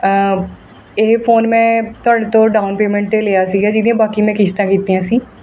ਇਹ ਫੋਨ ਮੈਂ ਤੁਹਾਡੇ ਤੋਂ ਡਾਊਨ ਪੇਮੈਂਟ 'ਤੇ ਲਿਆ ਸੀਗਾ ਜਿਹਦੀਆਂ ਬਾਕੀ ਮੈਂ ਕਿਸ਼ਤਾਂ ਕੀਤੀਆਂ ਸੀ